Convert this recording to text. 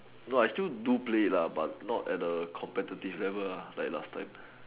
no I still do play it lah but not at a competitive level uh like last time